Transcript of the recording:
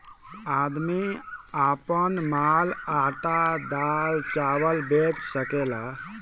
आदमी आपन माल आटा दाल चावल बेच सकेला